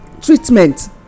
treatment